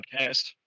podcast